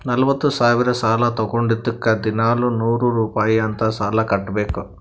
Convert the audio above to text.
ನಲ್ವತ ಸಾವಿರ್ ಸಾಲಾ ತೊಂಡಿದ್ದುಕ್ ದಿನಾಲೂ ನೂರ್ ರುಪಾಯಿ ಅಂತ್ ಸಾಲಾ ಕಟ್ಬೇಕ್